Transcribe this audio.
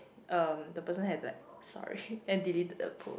um the person has to like sorry then deleted the post